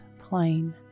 plain